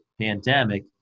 pandemic